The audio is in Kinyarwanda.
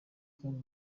kandi